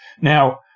Now